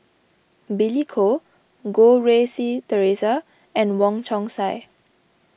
Billy Koh Goh Rui Si theresa and Wong Chong Sai